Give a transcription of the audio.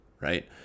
right